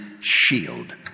shield